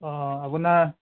অঁ আপোনাৰ